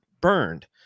burned